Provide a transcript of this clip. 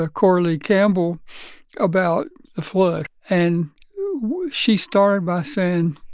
ah coralee campbell about the flood. and she started by saying,